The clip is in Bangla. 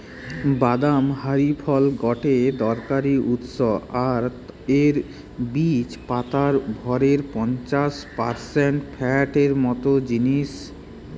বাদাম হারি ফল গটে দরকারি উৎস আর এর বীজ পাতার ভরের পঞ্চাশ পারসেন্ট ফ্যাট মত জিনিস